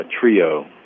trio